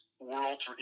world